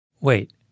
Wait